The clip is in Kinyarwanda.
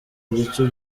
icyo